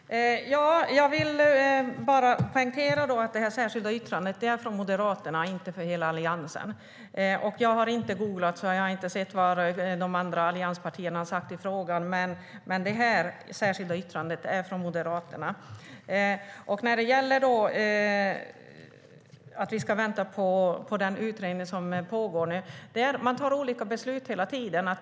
Herr talman! Jag vill poängtera att det särskilda yttrandet är från Moderaterna och inte från hela Alliansen. Jag har inte googlat och har därför inte sett vad de andra allianspartierna har sagt i frågan. Men det särskilda yttrandet är från Moderaterna. När det gäller att man ska vänta på en pågående utredning tar man olika beslut hela tiden.